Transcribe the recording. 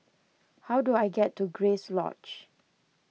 how do I get to Grace Lodge